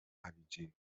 هویجی